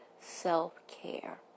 self-care